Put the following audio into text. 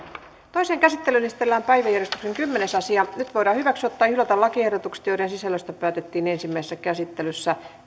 toiseen käsittelyyn esitellään päiväjärjestyksen kahdestoista asia nyt voidaan hyväksyä tai hylätä lakiehdotus jonka sisällöstä päätettiin ensimmäisessä käsittelyssä